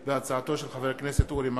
הצעתו של חבר הכנסת אורי מקלב.